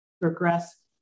progress